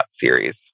series